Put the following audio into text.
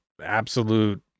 absolute